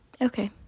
Okay